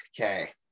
okay